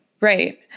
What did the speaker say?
Right